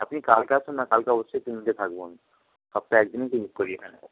আপনি কালকে আসুন না কালকে অবশ্যই ক্লিনিকে থাকব আমি সপ্তাহয় একদিনই ক্লিনিক করি এখানে